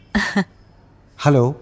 Hello